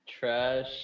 Trash